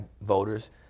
voters